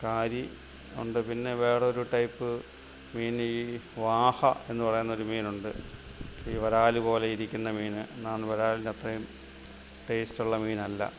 കാരി ഉണ്ട് പിന്നെ വേറെ ഒരു ടൈപ്പ് മീൻ ഈ വാഹ എന്ന് പറയുന്ന ഒരു മീനുണ്ട് ഈ വരാൽ പോലെ ഇരിക്കുന്ന മീൻ എന്നാൽ വരാലിൻ്റെ അത്രയും ടേസ്റ്റുള്ള മീനല്ല